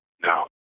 No